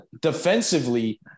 defensively